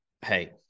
hey